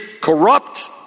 corrupt